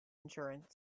insurance